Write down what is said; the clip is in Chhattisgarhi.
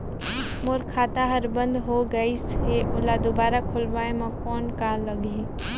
मोर खाता हर बंद हो गाईस है ओला दुबारा खोलवाय म कौन का लगही?